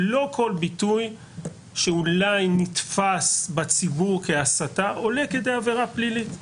לא כל ביטוי שאולי נתפס בציבור כהסתה עולה כדי עבירה פלילית.